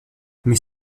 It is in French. mais